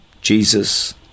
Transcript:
Jesus